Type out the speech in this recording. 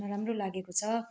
नराम्रो लागेको छ